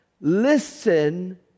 Listen